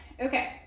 okay